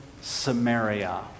Samaria